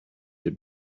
your